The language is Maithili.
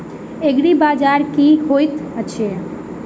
एग्रीबाजार की होइत अछि?